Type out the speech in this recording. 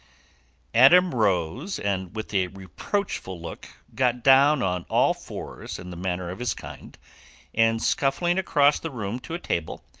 adam rose and with a reproachful look got down on all fours in the manner of his kind and, scuffling across the room to a table,